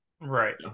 right